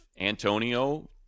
antonio